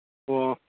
ꯑꯣ